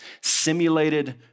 simulated